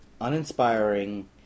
uninspiring